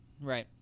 Right